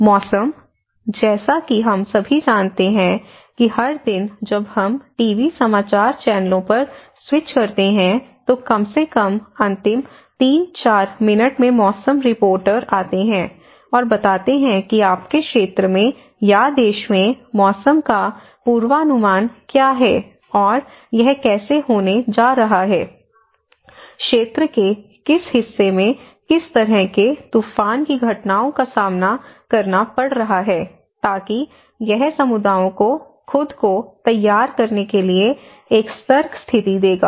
मौसम जैसा कि हम सभी जानते हैं कि हर दिन जब हम टीवी समाचार चैनलों पर स्विच करते हैं तो कम से कम अंतिम 3 4 मिनट में मौसम रिपोर्टर आते हैं और बताते हैं कि आपके क्षेत्र में या देश में मौसम का पूर्वानुमान क्या है और यह कैसा होने जा रहा है क्षेत्र के किस हिस्से में किस तरह के तूफान की घटनाओं का सामना करना पड़ रहा है ताकि यह समुदायों को खुद को तैयार करने के लिए एक सतर्क स्थिति देगा